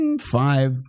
five